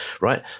Right